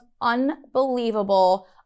unbelievable